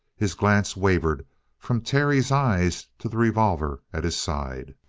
his glance wavered from terry's eyes to the revolver at his side.